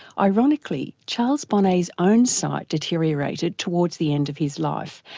ironically, charles bonnet's own sight deteriorated towards the end of his life,